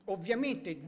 Ovviamente